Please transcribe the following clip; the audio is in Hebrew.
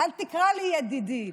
אל תקרא לי ידידי.